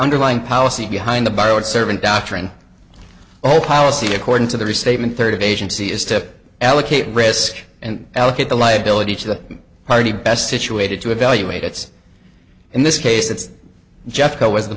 under in policy behind the borrowed servant doctrine all policy according to the restatement third agency is step allocate risk and allocate the liability to the party best situated to evaluate its in this case it's just how was the